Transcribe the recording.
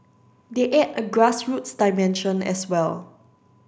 they add a grassroots dimension as well